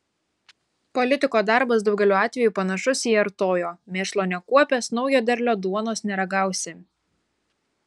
politiko darbas daugeliu atvejų panašus į artojo mėšlo nekuopęs naujo derliaus duonos neragausi